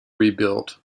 rebuilt